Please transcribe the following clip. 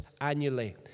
annually